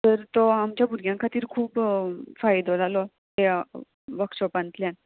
तर तो आमच्या भुरग्यां खातीर खूब फायदो जालो त्या वर्कशॉपांतल्यान